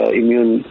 immune